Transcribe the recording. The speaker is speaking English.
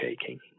taking